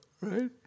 right